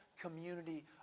community